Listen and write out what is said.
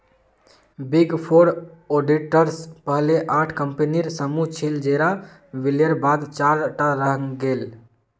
big four auditors पहले आठ कम्पनीर समूह छिल जेरा विलयर बाद चार टा रहेंग गेल